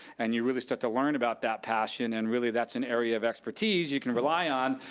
and you really start to learn about that passion, and really, that's an area of expertise you can rely on,